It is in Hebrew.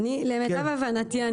למיטב הבנתי,